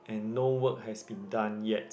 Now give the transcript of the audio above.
and no work has been done yet